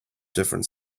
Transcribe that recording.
different